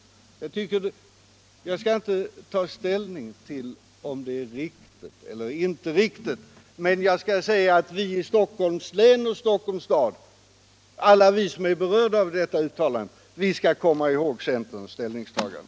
Jag skall inte ta ställning till om detta är riktigt eller inte, men jag vill säga att vi i Stockholms kommun och Stockholms län som är berörda av detta uttalande skall komma ihåg detta centerns ställningstagande!